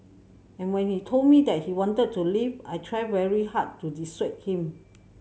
and when he told me that he wanted to leave I tried very hard to dissuade him